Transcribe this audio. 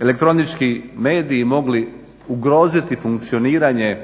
elektronički mediji mogli ugroziti funkcioniranje